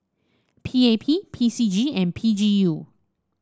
P A P P C G and P G U